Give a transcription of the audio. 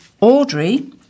Audrey